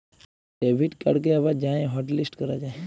debit কাড়কে আবার যাঁয়ে হটলিস্ট ক্যরা যায়